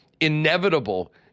inevitable